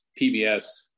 PBS